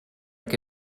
que